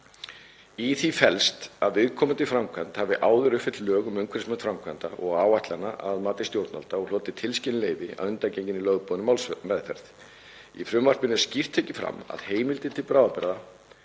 Í því felst að viðkomandi framkvæmd hafi áður uppfyllt lög um umhverfismat framkvæmda og áætlana að mati stjórnvalda og hlotið tilskilin leyfi að undangenginni lögboðinni málsmeðferð. Í frumvarpinu er skýrt tekið fram að heimildir til bráðabirgða